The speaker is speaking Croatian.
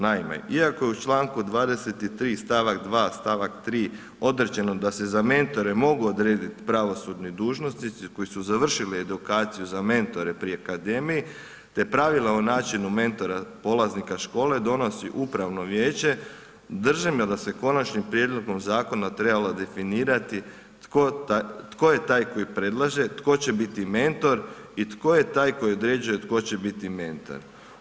Naime, iako je u čl. 23. st. 2, st. 3 određeno da se za mentore mogu odrediti pravosudni dužnosnici koji su edukaciju za mentore pri akademiji te pravila o načinu mentora polaznika škole donosi Upravno vijeće, držimo da se konačnim prijedlogom zakona trebalo definirati tko je taj koji predlaže tko će biti mentor i tko je taj koji određuje tko će biti mentor.